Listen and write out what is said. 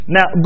Now